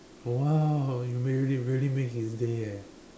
!wow! you make really make his day eh